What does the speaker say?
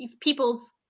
people's